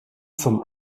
zum